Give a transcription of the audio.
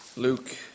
Luke